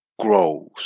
grows